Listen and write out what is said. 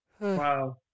wow